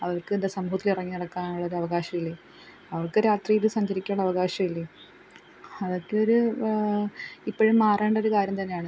അവൾക്ക് എന്താണ് സമൂഹത്തിൽ ഇറങ്ങി നടക്കാനുള്ള ഒരു അവകാശം ഇല്ലേ അവൾക്ക് രാത്രിയിൽ സഞ്ചരിക്കാൻ അവകാശം ഇല്ലേ അതൊക്കെ ഒരു ഇപ്പോഴും മാറേണ്ട ഒരു കാര്യം തന്നെയാണ്